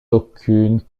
aucune